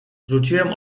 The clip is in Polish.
rzuciłem